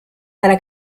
dalla